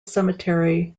cemetery